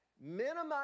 minimize